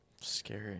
Scary